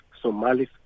Somalis